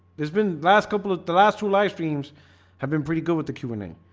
there's been last couple of the last two live streams have been pretty good with the q and a.